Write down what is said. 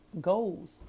Goals